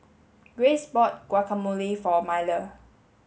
Grace bought Guacamole for Miller